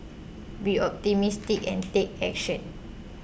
be optimistic and take action